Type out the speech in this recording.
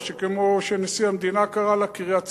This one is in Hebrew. או כמו שנשיא המדינה קרא לה "קריית סְפָר"?